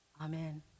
Amen